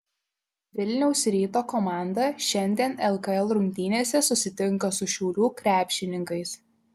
vilniaus ryto komanda šiandien lkl rungtynėse susitinka su šiaulių krepšininkais